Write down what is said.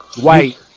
White